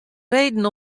reden